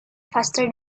faster